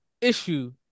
issue